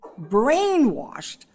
brainwashed